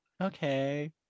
okay